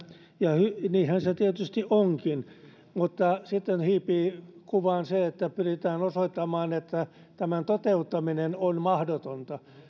ja niinhän se tietysti onkin mutta sitten hiipii kuvaan se että pyritään osoittamaan että tämän toteuttaminen on mahdotonta